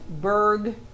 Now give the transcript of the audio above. Berg